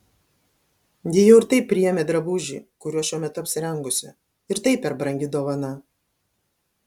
ji jau ir taip priėmė drabužį kuriuo šiuo metu apsirengusi ir tai per brangi dovana